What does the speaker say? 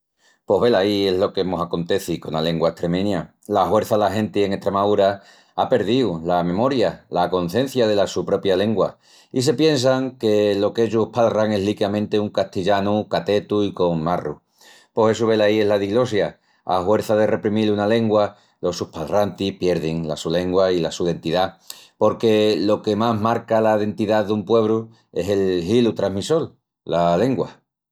Pos velaí es lo que mos aconteci cona lengua estremeña. La huerça la genti en Estremaúra á perdíu la memoria, la concencia dela su propia lengua, i se piensan que lo qu'ellus palran es liquiamenti un castillanu catetu i con marrus. Pos essu velaí es la diglosia, a huerça de reprimil una lengua, los sus palrantis pierdin la su lengua i la su dentidá, porque lo que más marca la dentidá dun puebru es el hilu tramissol, la lengua.